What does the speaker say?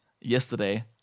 Yesterday